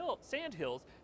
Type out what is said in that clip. Sandhills